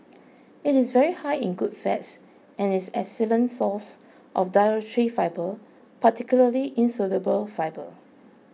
it is very high in good fats and is an excellent source of dietary fibre particularly insoluble fibre